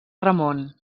ramon